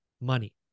money